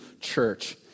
church